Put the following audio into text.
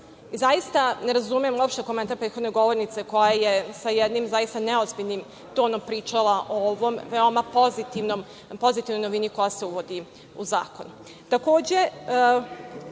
Zaista ne razumem uopšte komentar prethodne govornice koja je sa jednim neozbiljnim tonom pričala o ovoj pozitivnoj novini koja se uvodi u